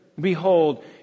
Behold